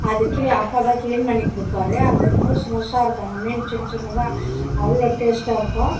அது கிளீ அப்பா தான் கிளீன் பண்ணி கொடுப்பாரு அந்த முழுசு முழுசாக இருக்கும் அந்த மீன் சின்ன சின்னதாக அவ்வளோ டேஸ்ட்டாக இருக்கும்